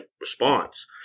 response